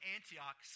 Antioch